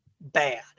bad